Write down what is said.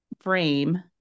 frame